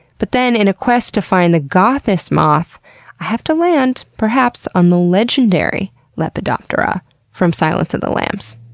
but then, in a quest to find the gothest moth, i have to land, perhaps, on the legendary lepidoptera from silence of the lambs.